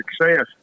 success